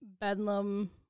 bedlam